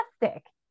fantastic